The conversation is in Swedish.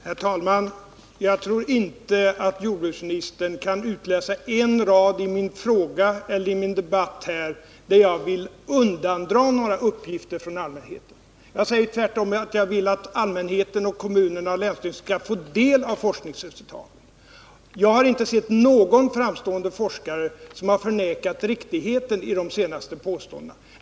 Herr talman! Jag tror inte att jordbruksministern på en enda rad i min fråga eller av något som jag anfört här i debatten kan utläsa att jag vill undandra allmänheten några uppgifter. Jag säger tvärtom att jag vill att allmänheten, kommunerna och länsstyrelserna skall få del av forskningsresultaten. Inte någon framstående forskare har förnekat riktigheten av de senaste påståendena.